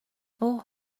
اوه